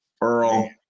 Earl